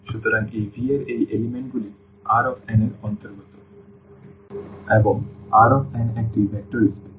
সুতরাং এই V এর এই উপাদানগুলি Rn এর অন্তর্গত এবং Rn একটি ভেক্টর স্পেস